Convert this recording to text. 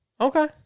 Okay